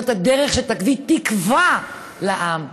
זאת הדרך שתביא תקווה לעם,